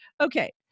Okay